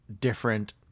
different